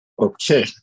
Okay